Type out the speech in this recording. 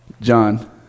John